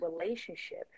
relationship